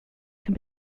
can